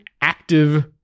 active